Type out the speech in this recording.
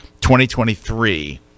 2023